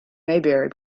maybury